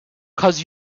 cause